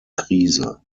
krise